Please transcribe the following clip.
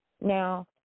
Now